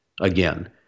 again